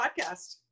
podcast